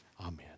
Amen